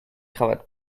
cravates